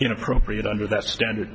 inappropriate under that standard